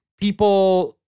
people